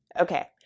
Okay